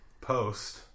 post